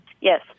Yes